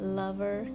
lover